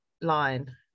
line